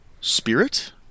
spirit